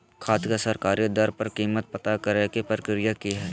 खाद के सरकारी दर पर कीमत पता करे के प्रक्रिया की हय?